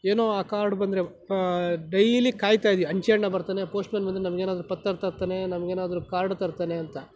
ಏನೋ ಆ ಕಾರ್ಡ್ ಬಂದರೆ ಡೈಲಿ ಕಾಯ್ತಾ ಇದ್ವಿ ಅಂಚೆ ಅಣ್ಣ ಬರ್ತಾನೆ ಪೋಸ್ಟ್ಮ್ಯಾನ್ ಬಂದರೆ ನಮಗೇನಾದ್ರು ಪತ್ರ ತರ್ತಾನೆ ನಮಗೇನಾದ್ರು ಕಾರ್ಡು ತರ್ತಾನೆ ಅಂತ